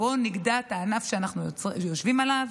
בואו נגדע את הענף שאנחנו יושבים עליו